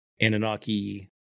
Anunnaki